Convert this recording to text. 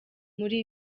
muri